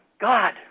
God